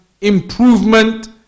improvement